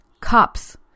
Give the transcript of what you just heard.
Cups